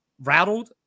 rattled